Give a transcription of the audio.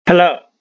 Hello